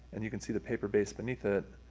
and you can see the paper base beneath it,